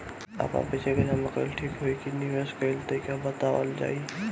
आपन पइसा के जमा कइल ठीक होई की निवेस कइल तइका बतावल जाई?